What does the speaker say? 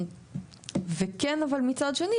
וכן מצד שני,